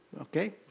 okay